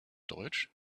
deutsch